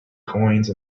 coins